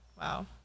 Wow